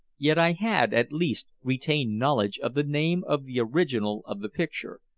yet i had, at least, retained knowledge of the name of the original of the picture,